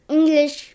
English